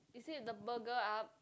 is it the Burger Up